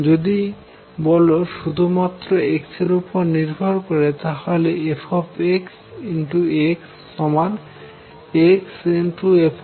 যদি বল শুধুমাত্র x উপর নির্ভর করে তাহলে fx xf